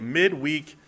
midweek